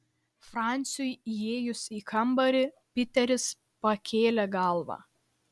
franciui įėjus į kambarį piteris pakėlė galvą